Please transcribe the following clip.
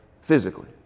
physically